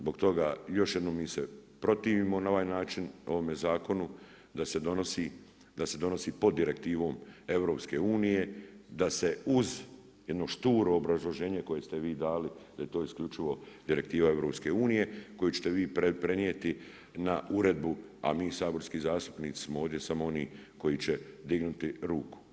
Zbog toga, još jednom, mi se protivimo na ovaj način ovome zakonu da se donosi pod direktivom EU, da se uz jedno šturo obrazloženje koje ste vi dali da je to isključivo direktiva EU koju ćete vi prenijeti na uredbu a mi saborski zastupnici smo ovdje samo oni koji će dignuti ruku.